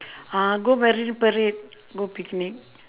uh go marine-parade go picnic